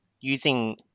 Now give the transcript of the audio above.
using